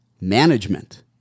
management